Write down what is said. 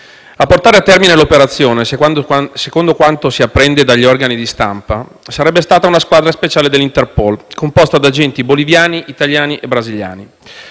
a portare a termine l'operazione, secondo quanto si apprende dagli organi di stampa, sarebbe stata una squadra speciale dell'Interpol, composta da agenti boliviani, italiani e brasiliani;